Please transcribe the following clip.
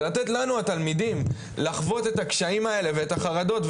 ולתת לנו התלמידים לחוות את הקשיים האלה ואת החרדות,